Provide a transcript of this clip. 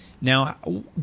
Now